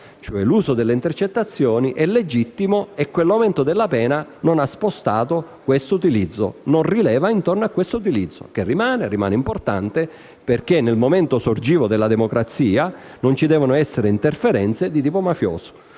l'uso delle intercettazioni è legittimo e l'aumento della pena non ha spostato il suo utilizzo, non rileva intorno a tale utilizzo che permane e resta importante, perché nel momento sorgivo della democrazia non devono esserci interferenze di tipo mafioso.